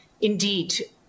Indeed